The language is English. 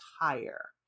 higher